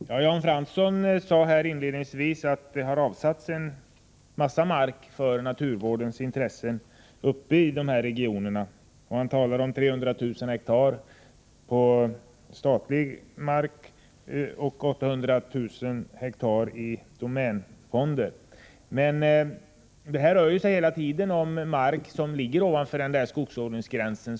Herr talman! Jan Fransson sade inledningsvis att det har avsatts en massa mark för naturvårdsintressen uppe i dessa regioner. Han talar om 300 000 ha på statlig mark och 800 000 ha som domänreservat. Men här rör det sig hela tiden om mark som ligger ovanför skogsodlingsgränsen.